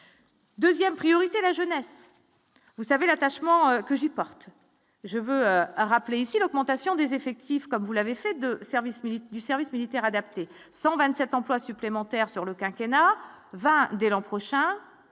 2ème priorité la jeunesse vous savez l'attachement que je porte, je veux rappeler ici l'augmentation des effectifs, comme vous l'avez fait de service militaire, du service militaire adapté 127 emplois supplémentaires sur le quinquennat va dès l'an prochain,